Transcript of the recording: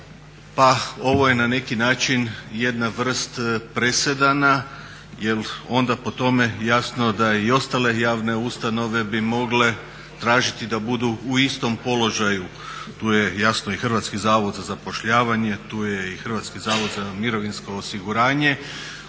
Pa ovo je na neki način jedna vrst presedana, jer onda po tome jasno da i ostale javne ustanove bi mogle tražiti da budu u istom položaju. Tu je jasno i Hrvatski zavod za zapošljavanje, tu je i Hrvatski zavod za mirovinsko osiguranje